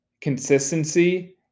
consistency